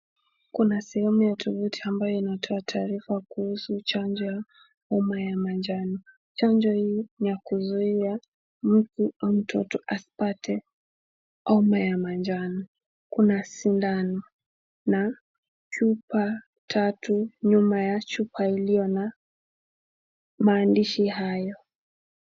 Kuna sehemu ya tuvutu ambayo inatoa taarifa kuhusu chanjo ya homa ya manjano, chanjo hii ni ya kuzuia mtu au mtoto asipate homa ya manjano. Kuna sindano na chupa tatu nyuma ya chupa iliyo na maandishi hayo.